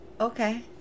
okay